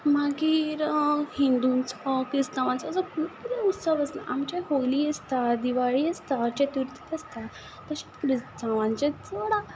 मागीर हिंदूचो क्रिस्तावांचो असो खूब किदें उत्सव आसता आमच्या होली आसता दिवाळी आसता चतुर्थी आसता तशेंच क्रिस्तावांचें चड